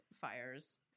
fires